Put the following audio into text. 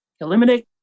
eliminate